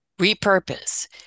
repurpose